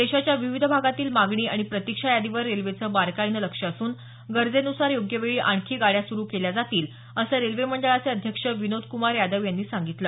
देशाच्या विविध भागातील मागणी आणि प्रतिक्षा यादीवर रेल्वेचं बारकाईनं लक्ष असून गरजेनुसार योग्य वेळी आणखी गाड्या सुरु केल्या जातील असं रेल्वे मंडळाचे अध्यक्ष विनोद कुमार यादव यांनी सांगितलं